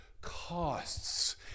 costs